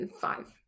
Five